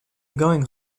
going